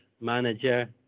manager